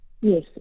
Yes